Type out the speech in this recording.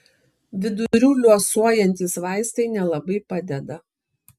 vidurių liuosuojantys vaistai nelabai padeda